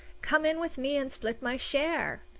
come in with me and split my share!